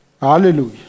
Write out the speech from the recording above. Hallelujah